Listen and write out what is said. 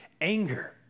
anger